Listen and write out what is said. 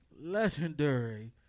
legendary